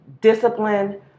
discipline